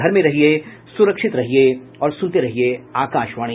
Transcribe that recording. घर में रहिये सुरक्षित रहिये और सुनते रहिये आकाशवाणी